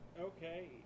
Okay